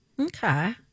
Okay